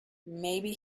maybe